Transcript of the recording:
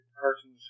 person